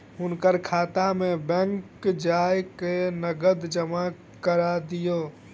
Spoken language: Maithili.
हुनकर खाता में बैंक जा कय नकद जमा करा दिअ